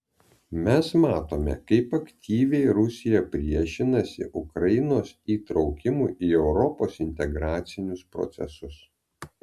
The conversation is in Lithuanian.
mes matome kaip aktyviai rusija priešinasi ukrainos įtraukimui į europos integracinius procesus